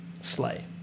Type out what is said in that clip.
Slay